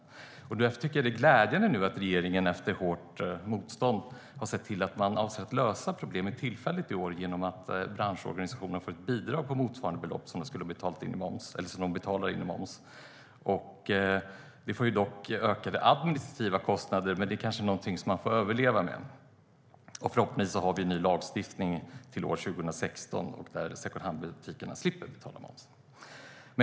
Jag tycker därför att det är glädjande att regeringen nu efter hårt motstånd har sagt att man avser att lösa problemen tillfälligt i år genom att branschorganisationer får ett bidrag på motsvarande belopp som de betalar in i moms. Det ger dock ökade administrativa kostnader, men det är kanske något man får leva med. Förhoppningsvis har vi en ny lagstiftning till år 2016 där secondhandbutiker slipper betala moms.